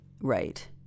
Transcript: right